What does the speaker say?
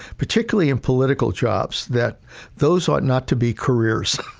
particularly in political jobs, that those ought not to be careers,